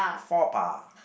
faux pas